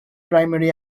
primary